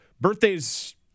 birthdays